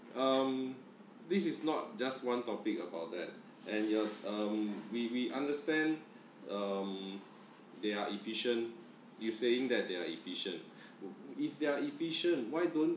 um this is not just one topic about that and ya um we we understand um they are efficient you saying that they're efficient if they're efficient why don't